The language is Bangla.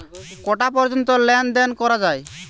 কটা পর্যন্ত লেন দেন করা য়ায়?